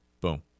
boom